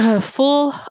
full